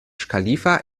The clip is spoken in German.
khalifa